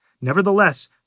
Nevertheless